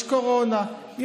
יש קורונה,